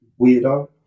weirdo